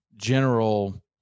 general